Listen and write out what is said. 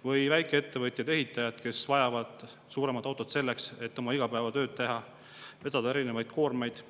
Või väikeettevõtjad, ehitajad, kes vajavad suuremat autot selleks, et oma igapäevatööd teha, vedada erinevaid koormaid